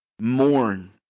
mourn